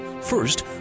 First